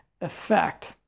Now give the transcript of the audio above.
effect